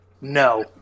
No